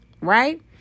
Right